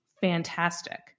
fantastic